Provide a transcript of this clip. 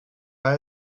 pas